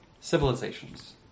civilizations